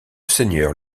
seigneur